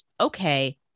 okay